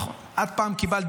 בדיוק, מחיר מטרה.